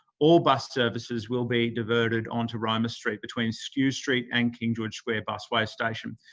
all bus services will be diverted on to roma street between skew street and king george square busway station,